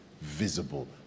visible